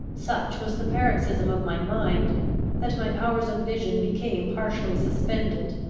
such was the paroxysm of my mind that my powers of vision became partially suspended.